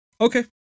Okay